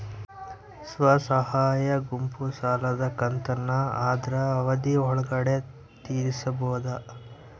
ಸ್ವಸಹಾಯ ಗುಂಪು ಸಾಲದ ಕಂತನ್ನ ಆದ್ರ ಅವಧಿ ಒಳ್ಗಡೆ ತೇರಿಸಬೋದ?